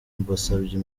mbasabye